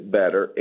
better